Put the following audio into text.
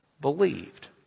believed